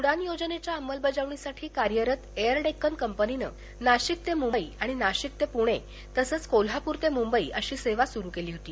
उडान योजनेच्या अंमलबजावणीसाठी कार्यरत एयर डेक्कन कंपनीनं नाशिक ते मुंबई आणि नाशिक ते पुणे तसच कोल्हापूर ते मुंबई अशी सेवा सुरू केली होती